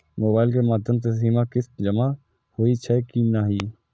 Mobile के माध्यम से सीमा किस्त जमा होई छै कि नहिं?